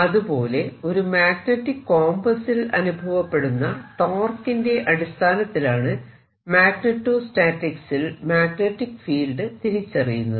അതുപോലെ ഒരു magnetic compass ൽ അനുഭവപ്പെടുന്ന ടോർക്ക് ന്റെ അടിസ്ഥാനത്തിലാണ് മാഗ്നെറ്റോസ്റ്റാറ്റിക്സിൽ മാഗ്നെറ്റിക് ഫീൽഡ് തിരിച്ചറിയുന്നത്